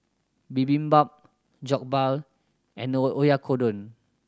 Bibimbap Jokbal and Oyakodon